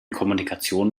kommunikation